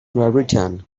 raritan